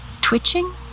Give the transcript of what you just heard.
twitching